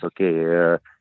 Okay